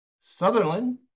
Sutherland